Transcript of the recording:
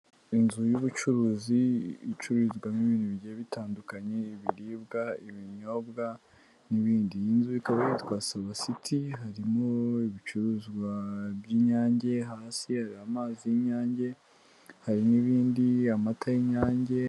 Inzu y'ubucuruzi icururizwamo ibintu bigiye bitandukanye, ibiribwa, ibinyobwa n'ibindi. Iyi nzu ikaba yitwa sobasiti harimo ibicuruzwa by'inyange, hasi hari amazi y'inyange, hari n'ibindi, amata y'inyange.